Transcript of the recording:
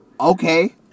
Okay